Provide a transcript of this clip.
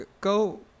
go